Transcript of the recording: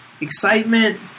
excitement